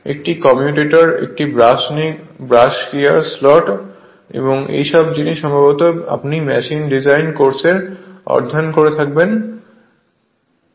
একটি কমিউটার একটি brush gear slot এই সব জিনিস সম্ভবত আপনি মেশিন ডিজাইন কোর্সে অধ্যয়ন করবেন যদি এটি থাকে